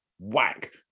whack